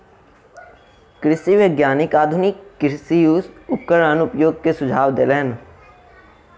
कृषि वैज्ञानिक आधुनिक कृषि उपकरणक उपयोग के सुझाव देलैन